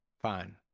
Fine